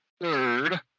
third